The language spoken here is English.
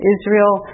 Israel